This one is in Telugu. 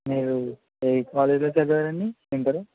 మీరు ఏ కాలేజీ లో చదివారండి ఇంటరు